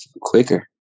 quicker